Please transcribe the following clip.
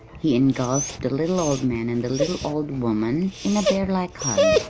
he engulfed the little old man and the little old woman in a bearlike hug,